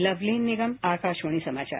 लवलीन निगम आकाशवाणी समाचार